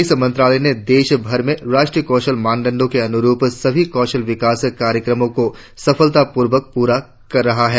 इस मंत्रालय ने देश भर में राष्ट्रीय कौशल मानदंड के अनुरुप सभी कौशल विकास कार्यक्रमों को सफलता पूर्वक पूरा कर रहा है